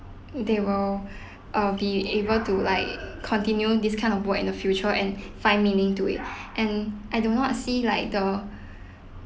they will uh be able to like continue this kind of work in the future and find meaning to it and I do not see like the